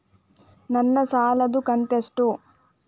ನನ್ನ ಸಾಲದು ಕಂತ್ಯಷ್ಟು?